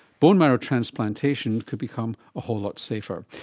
bone marrow transplantation could become a whole lot safer.